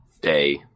day